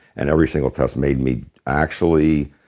and every single test made me actually,